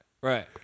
right